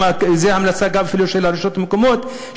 זאת גם ההמלצה של הרשויות המקומיות,